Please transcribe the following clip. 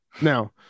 Now